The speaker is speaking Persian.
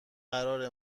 قرار